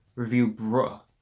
review bruh,